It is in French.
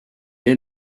est